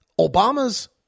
Obama's